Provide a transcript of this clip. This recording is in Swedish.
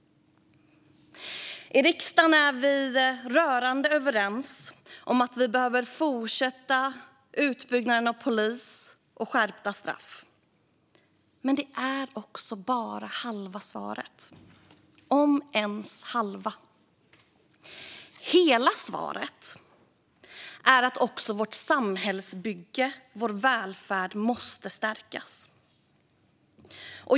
I riksdagen är vi rörande överens om att vi behöver fortsätta utbyggnaden av polisen och skärpa straffen, men det är bara halva svaret - om ens det. Hela svaret är att också vårt samhällsbygge, vår välfärd, måste stärkas.